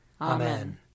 Amen